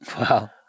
Wow